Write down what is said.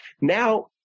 Now